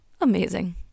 amazing